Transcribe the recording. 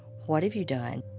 what have you done?